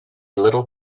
little